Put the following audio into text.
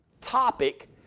topic